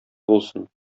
булсын